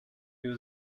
new